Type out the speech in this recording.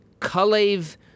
Kalev